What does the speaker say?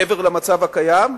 מעבר למצב הקיים,